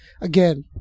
again